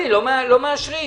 לא מאשרים.